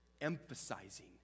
Emphasizing